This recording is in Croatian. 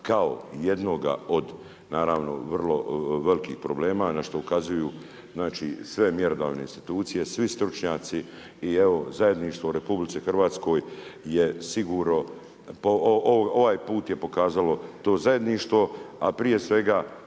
kao jednoga od naravno vrlo velikih problema na što ukazuju znači sve mjerodavne institucije, svi stručnjaci. I evo zajedništvo u RH je sigurno, ovaj put je pokazalo to zajedništvo a prije svega